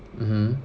mmhmm